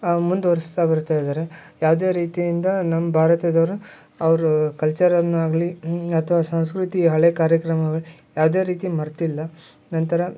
ಮುಂದುವರ್ಸ್ತಾ ಬರ್ತಾ ಇದ್ದಾರೆ ಯಾವುದೇ ರೀತಿಯಿಂದ ನಮ್ಮ ಭಾರತದವರು ಅವರು ಕಲ್ಚರನ್ನ ಆಗಲಿ ಅಥವಾ ಸಂಸ್ಕೃತಿ ಹಳೆ ಕಾರ್ಯಕ್ರಮಗಳು ಯಾವುದೇ ರೀತಿ ಮರೆತಿಲ್ಲ ನಂತರ